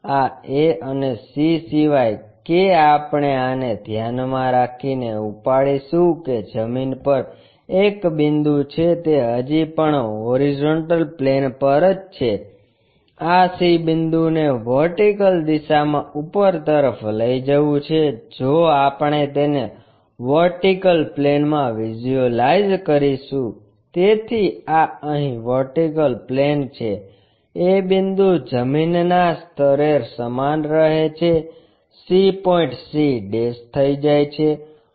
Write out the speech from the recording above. આ a અને c સિવાય કે આપણે આને ધ્યાનમાં રાખીને ઉપાડીશું કે જમીન પર એક બિંદુ છે તે હજી પણ હોરિઝોન્ટલ પ્લેન પર છે આ c બિંદુને વર્ટિકલ દિશામાં ઉપર તરફ લઈ જવુ છે જો આપણે તેને વર્ટિકલ પ્લેનમાં વિઝ્યુઅલાઈઝ કરીશું તેથી આ અહીં વર્ટિકલ પ્લેન છે a બિંદુ જમીનના સ્તરે સમાન રહે છે c પોઇન્ટ c થઈ જાય છે